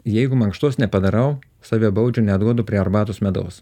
jeigu mankštos nepadarau save baudžiu neduodu prie arbatos medaus